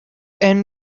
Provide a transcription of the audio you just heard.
end